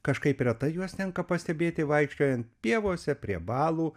kažkaip yra tai juos tenka pastebėti vaikščiojant pievose prie balų